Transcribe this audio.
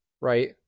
right